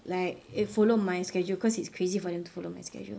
like follow my schedule because it's crazy for them to follow my schedule